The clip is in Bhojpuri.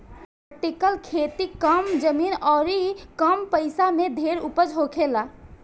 वर्टिकल खेती कम जमीन अउरी कम पइसा में ढेर उपज होखेला